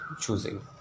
choosing